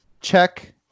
Check